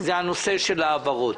זה נושא ההעברות.